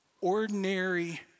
ordinary